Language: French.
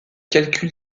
calcul